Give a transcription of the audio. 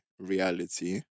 reality